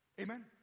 Amen